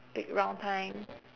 big round time